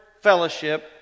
fellowship